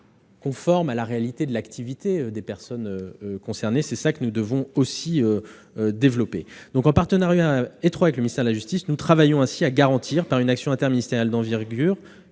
conformes à la réalité de l'activité des personnes concernées. C'est ce que nous devons développer. En partenariat étroit avec le ministère de la justice, nous travaillons ainsi à garantir, par une action interministérielle d'envergure,